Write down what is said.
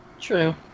true